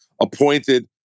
appointed